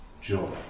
joy